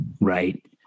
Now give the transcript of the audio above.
right